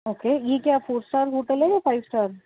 okay یہ کیا four star hotel ہے یا فائیو اسٹار